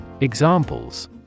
Examples